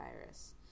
virus